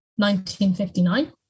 1959